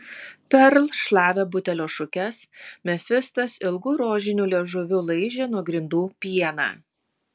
perl šlavė butelio šukes mefistas ilgu rožiniu liežuviu laižė nuo grindų pieną